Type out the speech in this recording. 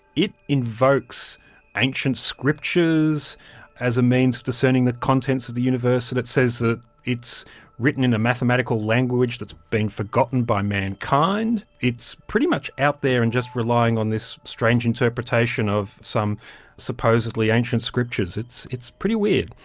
it invokes ancient scriptures as a means of discerning the contents of the universe, and it says that it's written in a mathematical language that's been forgotten by mankind. it's pretty much out there and just relying on this strange interpretation of some supposedly ancient scriptures. it's it's pretty weird.